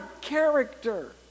character